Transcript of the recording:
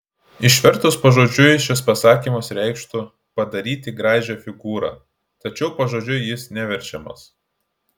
išvertus pažodžiui šis pasakymas reikštų padaryti gražią figūrą tačiau pažodžiui jis neverčiamas